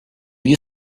you